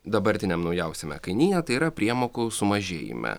dabartiniam naujausiame kainyne tai yra priemokų sumažėjime